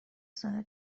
ساله